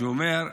שאומר: